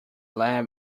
lab